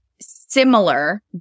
similar